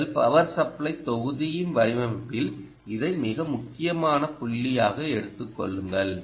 உங்கள் power supply தொகுதியின் வடிவமைப்பில் இதை மிக முக்கியமான புள்ளியாக எடுத்துக் கொள்ளுங்கள்